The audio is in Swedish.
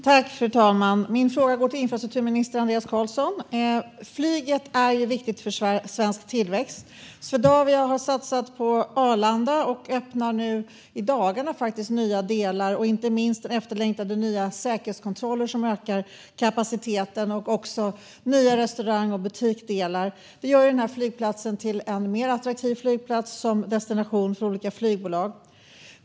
Fru talman! Min fråga går till infrastrukturminister Andreas Carlson. Flyget är viktigt för svensk tillväxt. Swedavia har satsat på Arlanda och öppnar i dagarna nya delar, inte minst efterlängtade nya säkerhetskontroller som ökar kapaciteten. Man öppnar även nya restauranger och butiker. Det gör flygplatsen mer attraktiv som destination för olika flygbolag.